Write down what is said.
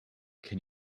can